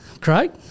Craig